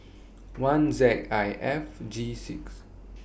one Z I F G six